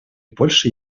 польша